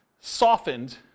softened